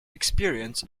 experience